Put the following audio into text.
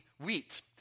wheat